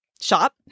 Shop